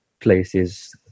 places